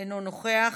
אינו נוכח,